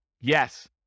Yes